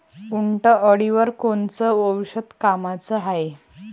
उंटअळीवर कोनचं औषध कामाचं हाये?